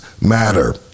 matter